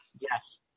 Yes